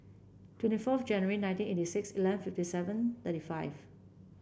twenty fourth January nineteen eighty six eleven fifty seven thirty five